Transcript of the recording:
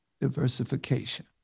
diversification